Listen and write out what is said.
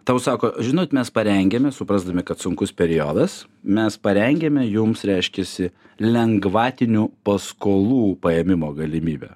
tau sako žinot mes parengėme suprasdami kad sunkus periodas mes parengėme jums reiškiasi lengvatinių paskolų paėmimo galimybę